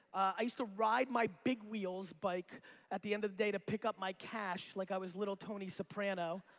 i used to ride my big wheels bike at the end of day to pick up my cash like i was little tony soprano.